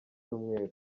cyumweru